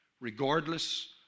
regardless